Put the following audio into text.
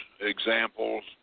examples